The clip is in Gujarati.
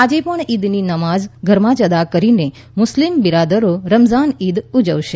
આજે પણ ઈદની નમાઝ ઘરમાં જ અદા કરીને મુસ્લિમ બિરાદરો રમઝાન ઈદ ઉજવશે